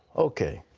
okay.